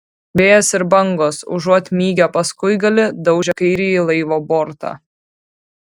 vėjas ir bangos užuot mygę paskuigalį daužė kairįjį laivo bortą